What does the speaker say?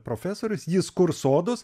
profesorius jis kurs sodus